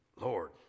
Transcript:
Lord